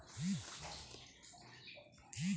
तुषार सिंचनमंदी एका नोजल मधून किती दुरलोक पाणी फेकते?